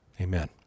Amen